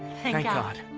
thank god!